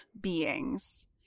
beings